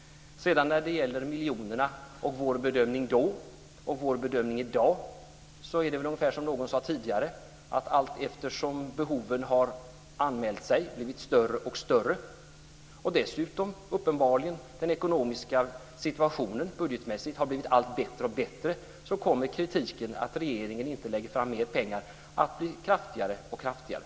När det sedan gäller miljonerna och vår bedömning förra året och vår bedömning i dag är det väl ungefär som någon sade tidigare. Behoven har anmält sig och blivit större och större. Dessutom har uppenbarligen den ekonomiska situationen budgetmässigt blivit allt bättre och bättre. Då kommer kritiken mot att regeringen inte lägger fram förslag om mer pengar att bli kraftigare och kraftigare.